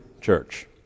church